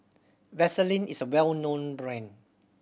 Vaselin is a well known brand